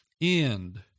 end